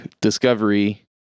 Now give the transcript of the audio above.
Discovery